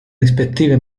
rispettive